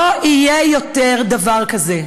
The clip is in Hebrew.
לא יהיה יותר דבר כזה.